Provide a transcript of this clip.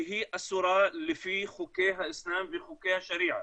היא אסורה לפי חוקי האיסלם ולפי חוקי השריעה.